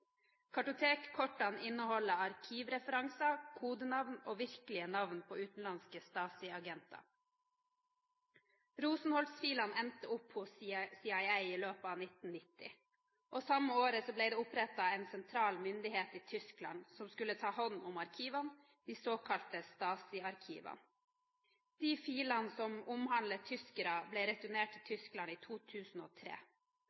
Kartotekkortene inneholder arkivreferanser, kodenavn og virkelige navn på utenlandske Stasi-agenter. Rosenholz-filene endte opp hos CIA i løpet av 1990. Samme året ble det opprettet en sentral myndighet i Tyskland som skulle ta hånd om arkivene, de såkalte Stasi-arkivene. De filene som omhandler tyskere, ble returnert til